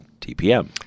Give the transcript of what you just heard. TPM